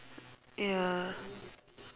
ya